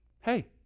Hey